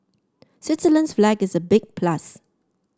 Switzerland's flag is a big plus